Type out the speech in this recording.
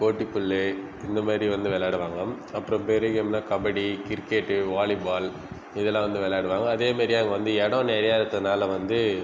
கிட்டி புல் இந்த மாதிரி வந்து விளையாடுவாங்க அப்புறம் பெரிய கேம்னா கபடி கிரிக்கெட் வாலிபால் இதெலாம் வந்து விளையாடுவாங்க அதே மாதிரி அங்கே வந்து இடம் நிறைய இருக்கறதுனால் வந்து